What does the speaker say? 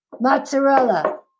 mozzarella